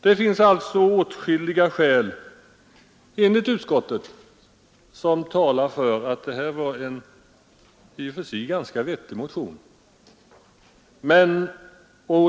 Det finns alltså enligt utskottet åtskilliga skäl som talar för att det här var en i och för sig ganska vettig motion.